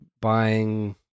buying